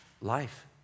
life